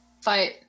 Fight